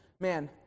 man